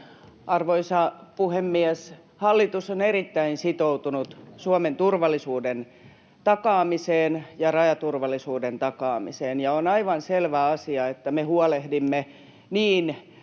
Arvoisa puhemies! Hallitus on erittäin sitoutunut Suomen turvallisuuden takaamiseen ja rajaturvallisuuden takaamiseen, ja on aivan selvä asia, että me huolehdimme niin